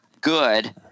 good